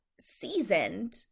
seasoned